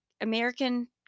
american